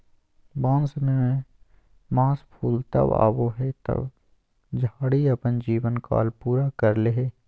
बांस में मास फूल तब आबो हइ जब झाड़ी अपन जीवन काल पूरा कर ले हइ